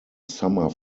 summer